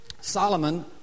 Solomon